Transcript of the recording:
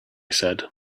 said